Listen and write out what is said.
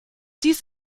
dies